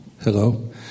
Hello